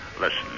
Listen